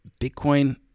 Bitcoin